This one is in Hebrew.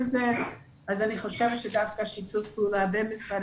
אני חושבת שדווקא שיתוף פעולה בין משרד